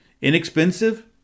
Inexpensive